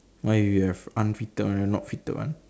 what if you have unfitted one and not fitted one